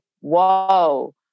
whoa